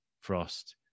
Frost